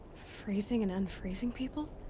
freezing and unfreezing people?